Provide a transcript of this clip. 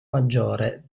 maggiore